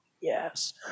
yes